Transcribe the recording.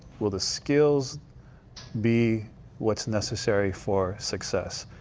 will the skills be what's necessary for success?